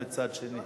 מצד שני.